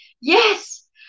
Yes